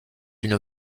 une